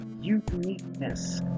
uniqueness